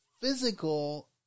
physical